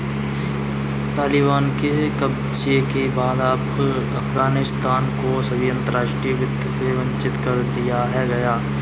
तालिबान के कब्जे के बाद अफगानिस्तान को सभी अंतरराष्ट्रीय वित्त से वंचित कर दिया गया